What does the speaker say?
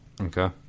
Okay